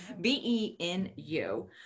B-E-N-U